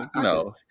No